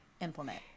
implement